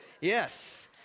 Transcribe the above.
yes